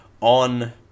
on